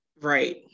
Right